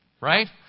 right